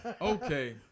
Okay